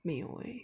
没有 eh